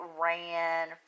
ran